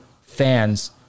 fans